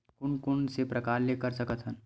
कोन कोन से प्रकार ले कर सकत हन?